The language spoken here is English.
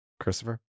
christopher